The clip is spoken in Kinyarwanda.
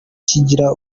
kigira